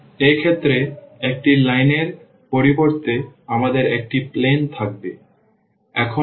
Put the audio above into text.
সুতরাং এক্ষেত্রে একটি লাইনের পরিবর্তে আমাদের একটি প্লেন থাকবে